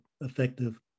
effective